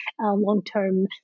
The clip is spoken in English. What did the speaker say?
long-term